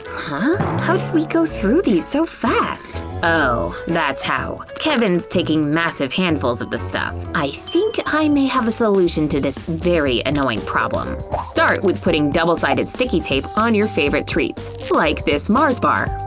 huh? how did we go through these so fast? oh, that's how. kevin's taking massive handfuls of the stuff! i think i may have a solution to this very annoying problem. start with putting double-sided sticky tape to your favorite treats, like this mars bar.